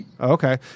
Okay